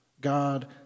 God